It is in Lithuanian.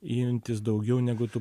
imtis daugiau negu tu